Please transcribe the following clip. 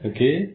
Okay